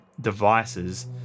devices